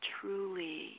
truly